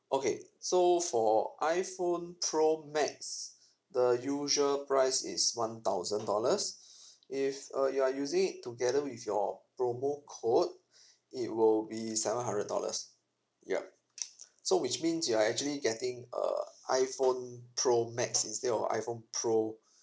okay so for iphone pro max the usual price is one thousand dollars if uh you are using it together with your promo code it will be seven hundred dollars yup so which means you are actually getting uh iphone pro max instead of iphone pro